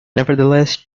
nevertheless